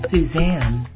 Suzanne